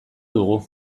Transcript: dugu